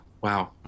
wow